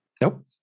Nope